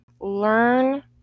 Learn